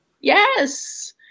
Yes